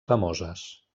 famoses